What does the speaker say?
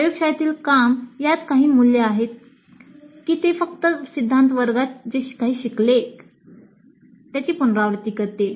प्रयोगशाळेतील काम यात काही मूल्य आहे की ते फक्त सिद्धांत वर्गात जे काही शिकले आहे त्याची पुनरावृत्ती करते